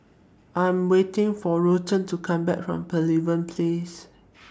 I Am waiting For Ruthanne to Come Back from Pavilion Place